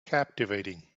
captivating